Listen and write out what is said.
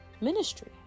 ministry